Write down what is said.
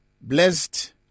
blessed